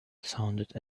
sounded